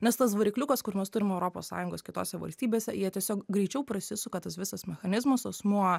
nes tas varikliukas kur mes turim europos sąjungos kitose valstybėse jie tiesiog greičiau prasisuka tas visas mechanizmas asmuo